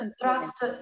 Trust